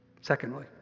Secondly